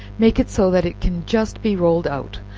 make it so that it can just be rolled out,